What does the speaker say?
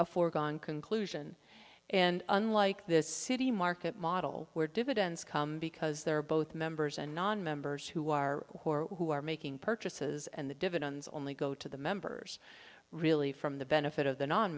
a foregone conclusion and unlike this city market model where dividends come because there are both members and nonmembers who are or who are making purchases and the dividends only go to the members really from the benefit of the non